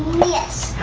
yes,